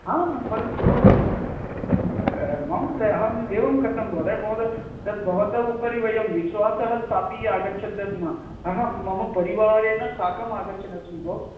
हा ह परन्तु भवा महोदय अहम् एवं कथं महोदय महोदय तद् भवतः उपरि वयं विश्वासः सापि आगच्छन्तः स्म अहं मम परिवारेण साकम् आगच्छन् अस्मि भो